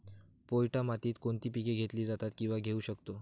पोयटा मातीत कोणती पिके घेतली जातात, किंवा घेऊ शकतो?